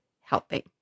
helping